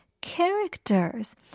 characters